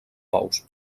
pous